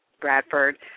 Bradford